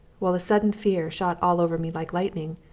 while a sudden fear shot all over me like lightning.